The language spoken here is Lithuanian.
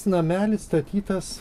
namelis statytas